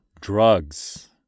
drugs